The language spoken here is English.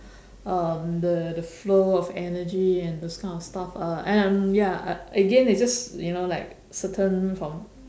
um the the flow of energy and those kind of stuff uh and ya again it just you know like certain from